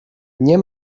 nie